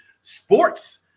sports